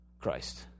Christ